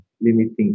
limiting